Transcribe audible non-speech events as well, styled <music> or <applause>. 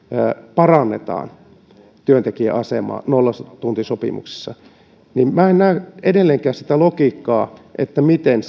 parannetaan työntekijän asemaa nollatuntisopimuksissa minä en näe edelleenkään sitä logiikkaa miten <unintelligible>